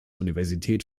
universität